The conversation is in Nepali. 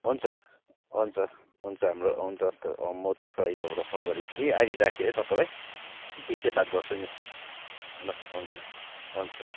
हुन्छ हुन्छ हुन्छ हाम्रो हुन्छ अन्त म त्यसको लागि तपाईँलाई फोन गरेको थिएँ अहिले राखेँ है तपाईँलाई पिछे बात गर्छु नि ल हुन्छ हुन्छ